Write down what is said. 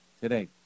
today